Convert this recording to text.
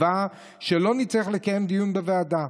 בתקווה שלא נצטרך לקיים דיון בוועדה.